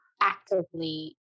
actively